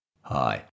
Hi